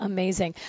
Amazing